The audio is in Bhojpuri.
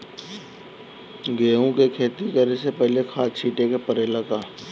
गेहू के खेती करे से पहिले खाद छिटे के परेला का?